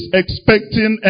expecting